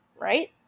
right